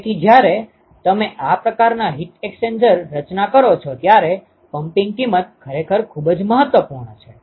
તેથી જ્યારે તમે આ પ્રકારના હીટ એક્સ્ચેન્જર રચના કરો છો ત્યારે પમ્પિંગ કિંમત ખરેખર ખૂબ જ મહત્વપૂર્ણ છે